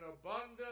abundance